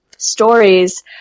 stories